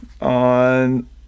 on